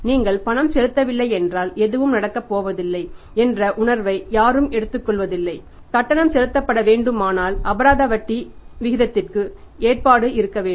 நீங்கள் பணம் செலுத்தவில்லை என்றால் எதுவும் நடக்கப்போவதில்லை என்ற உணர்வை யாரும் எடுத்துக்கொள்வதில்லை கட்டணம் செலுத்தப்பட வேண்டுமானால் அபராத வட்டி விகிதத்திற்கும் ஏற்பாடு இருக்க வேண்டும்